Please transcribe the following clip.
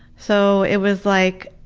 so it was like